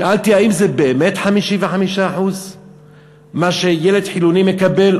שאלתי: האם זה באמת 55% ממה שילד חילוני מקבל,